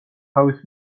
თავის